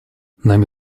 нами